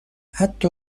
حتی